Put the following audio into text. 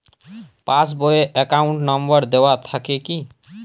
Pass বই এ account নম্বর দেওয়া থাকে কি?